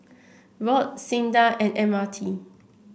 ROD SINDA and M R T